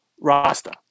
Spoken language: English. rasta